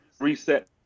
reset